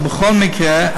ובכל מקרה,